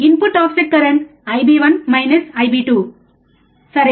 input offset current IB1 IB2 సరే